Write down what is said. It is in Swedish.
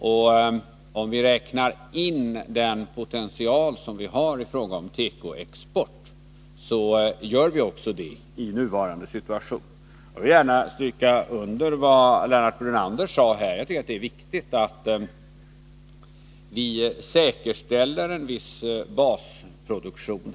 Det gör vi också i nuvarande situation, om vi räknar in den potential vi har i fråga om tekoexport. Jag vill gärna stryka under vad Lennart Brunander sade: Det är viktigt att vi säkerställer en viss basproduktion.